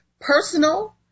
personal